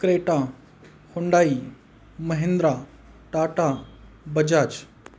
Creta Hyundai Mahindra Tata Bajaj